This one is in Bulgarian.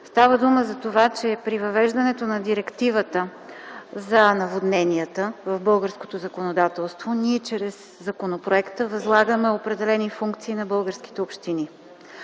Става дума за това, че при въвеждането на директивата за наводненията в българското законодателство ние чрез законопроекта възлагаме определени функции на българските общини,